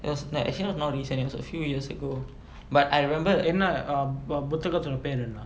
it was like actually not recently it was a few years ago but I remember